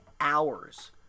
hours